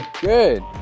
Good